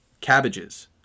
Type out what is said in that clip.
cabbages